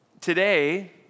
today